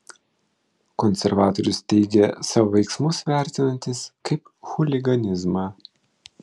konservatorius teigė savo veiksmus vertinantis kaip chuliganizmą